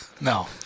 No